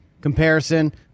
Comparison